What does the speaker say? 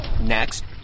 Next